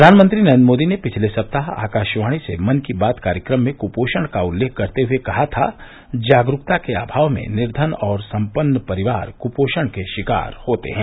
प्रधानमंत्री नरेन्द्र मोदी ने पिछले सप्ताह आकाशवाणी से मन की बात कार्यक्रम में कुपोषण का उल्लेख करते हुए कहा था जागरूकता के अभाव में निर्धन और संपन्न परिवार कुपोषण के शिकार होते हैं